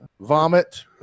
Vomit